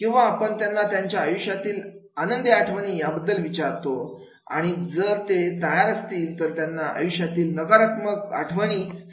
किंवा आपण त्यांना त्यांच्या आयुष्यातील आनंदी आठवणी बद्दल विचारतो आणि जर ते तयार असतील तर त्यांना आयुष्यातील नकारात्मक आठवणी सांगायला लावतो